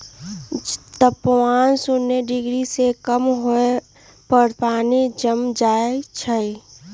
तापमान शुन्य डिग्री से कम होय पर पानी जम जाइ छइ